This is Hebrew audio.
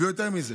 ויותר מזה,